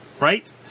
right